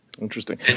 Interesting